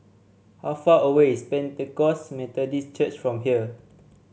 how far away is Pentecost Methodist Church from here